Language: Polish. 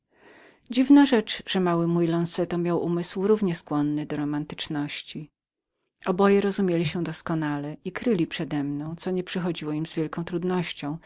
dziwna rzecz że mały mój lonzeto miał umysł równie skłonny do romantyczności oboje rozumieli się doskonale i kryli przedemną co nie przychodziło im z wielką trudnością